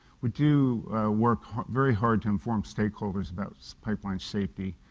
we do work very hard to inform stakeholders about pipeline safety.